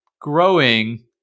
growing